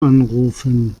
anrufen